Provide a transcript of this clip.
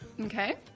Okay